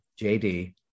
JD